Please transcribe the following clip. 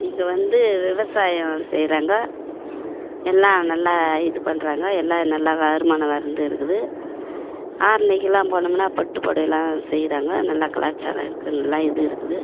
இங்கே வந்து விவசாயம் செய்கிறாங்க எல்லாம் நல்லா இது பண்ணுறாங்க எல்லாம் நல்லா வருமானம் வந்துருக்குது ஆரணிக்கெலாம் போனோம்னால் பட்டுப்புடவைலாம் செய்யுறாங்க நல்லா கலாச்சாரம் இருக்குது நல்லா இது இருக்குது